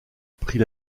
prit